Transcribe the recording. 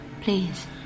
please